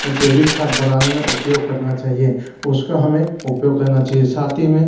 जैविक खाद बनाने मे उपयोग करना चाहिए उसका हमें उपयोग करना चाहिए साथ ही में